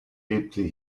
lebte